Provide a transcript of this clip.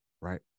right